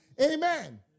Amen